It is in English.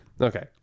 Okay